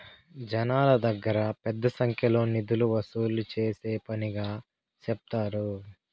జనాల దగ్గర పెద్ద సంఖ్యలో నిధులు వసూలు చేసే పనిగా సెప్తారు